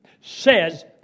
says